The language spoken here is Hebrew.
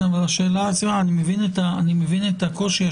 אני מבין את הקושי.